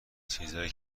چیزهایی